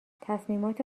تصمیمات